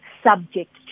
subject